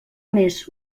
més